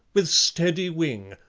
with steady wing,